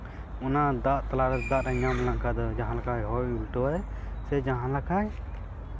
ᱚᱱᱟ ᱫᱟᱜ ᱛᱟᱞᱟᱨᱮ ᱫᱟᱜ ᱨᱮ ᱧᱟᱢ ᱞᱮᱱᱠᱷᱟᱱ ᱫᱚ ᱡᱟᱦᱟᱸ ᱞᱮᱠᱟᱭ ᱦᱚᱭ ᱩᱞᱴᱟᱹᱣᱟᱭ ᱥᱮ ᱡᱟᱦᱟᱸ ᱞᱮᱠᱟᱭ